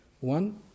one